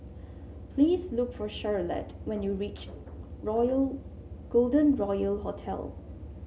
please look for Charolette when you reach Royal Golden Royal Hotel